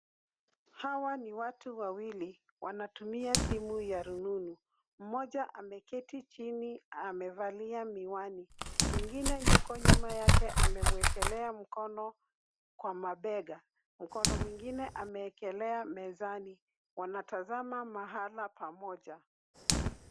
Hawa ni watu wawili wanatumia simu ya rununu. Mmoja ameketi chini amevalia miwani mwingine yuko nyuma yake amemwekelea mkono kwa mabega. Mkono mwingine ameekelea mezani wanatazama mahala pamoja.